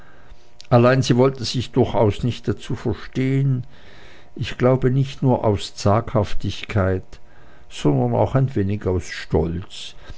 allein sie wollte sich durchaus nicht dazu verstehen ich glaube nicht nur aus zaghaftigkeit sondern auch ein wenig aus stolz